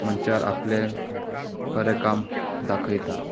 मनशाक आपलें बरें काम दाखयता